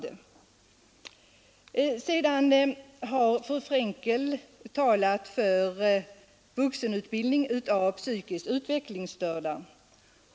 Fru Frenkel har talat för motionerna 470 och 1061 angående vuxenutbildning för psykiskt utvecklingsstörda.